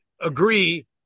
agree